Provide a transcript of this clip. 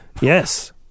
yes